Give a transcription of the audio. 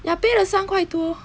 ya 杯的三块多